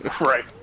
Right